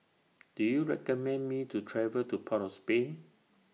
Do YOU recommend Me to travel to Port of Spain